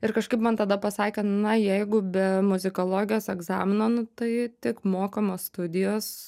ir kažkaip man tada pasakė na jeigu be muzikologijos egzamino nu tai tik mokamos studijos